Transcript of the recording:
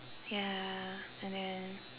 ya and then